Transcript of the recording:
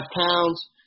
pounds